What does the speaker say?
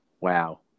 wow